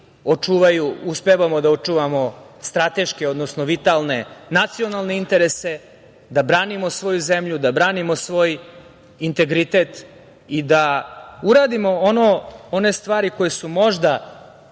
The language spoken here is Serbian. uspevamo da očuvamo strateške, odnosno vitalne nacionalne interese, da branimo svoju zemlju, da branimo svoj integritet i da uradimo one stvari koje su možda